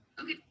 Okay